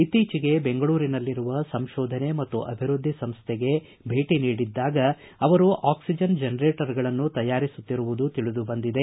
ಇತ್ತೀಚಿಗೆ ಬೆಂಗಳೂರಿನಲ್ಲಿರುವ ಸಂಶೋಧನೆ ಮತ್ತು ಅಭಿವೃದ್ದಿ ಸಂಸ್ಥೆಗೆ ಭೇಟಿ ನೀಡಿದ್ದಾಗ ಅವರು ಕ್ಲಿಜನ್ ಜನರೇಟರ್ಗಳನ್ನು ತಯಾರಿಸುತ್ತಿರುವುದು ತಿಳಿದುಬಂದಿದೆ